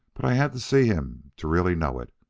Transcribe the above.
but i had to see him to really know it.